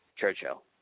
Churchill